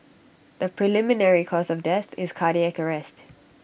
the preliminary cause of death is cardiac arrest